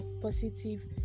positive